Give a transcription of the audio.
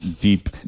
deep